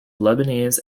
lebanese